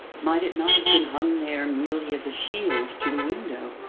might it not have been hung there merely as a shield to the window.